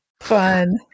Fun